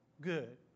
good